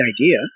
idea